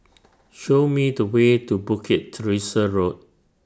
Show Me The Way to Bukit Teresa Road